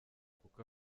kuko